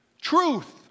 truth